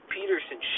Peterson